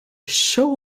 show